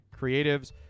creatives